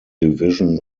division